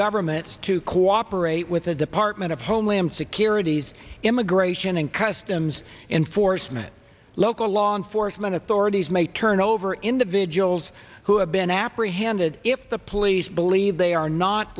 governments to cooperate with the department of homeland security's immigration and customs enforcement local law enforcement authorities may turn over individuals who have been apprehended if the police believe they are not